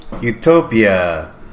Utopia